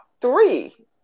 three